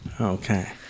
okay